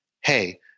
hey